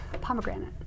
pomegranate